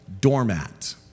doormat